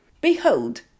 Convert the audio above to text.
Behold